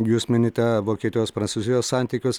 jūs minite vokietijos prancūzijos santykius